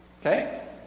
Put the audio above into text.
okay